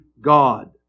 God